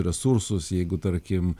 resursus jeigu tarkim